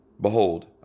Behold